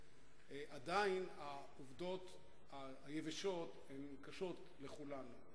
עדיין העובדות היבשות הן קשות לכולנו.